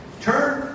Turn